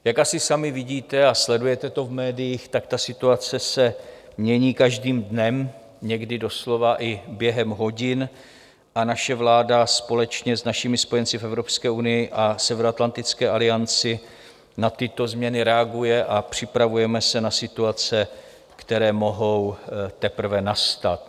Jak asi sami vidíte a sledujete to v médiích, situace se mění každým dnem, někdy doslova i během hodin, a naše vláda společně s našimi spojenci v Evropské unii a Severoatlantické alianci na tyto změny reaguje a připravujeme se na situace, které mohou teprve nastat.